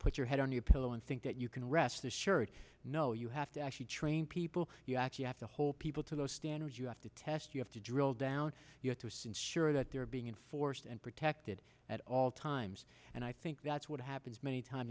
put your head on your pillow and think that you can rest assured no you have to actually train people you actually have to hold people to those standards you have to test you have to drill down you have to assume sure that they're being enforced and protected at all times and i think that's what happens many time